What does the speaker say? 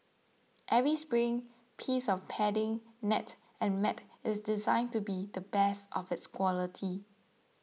every spring piece of padding net and mat is designed to be the best of its quality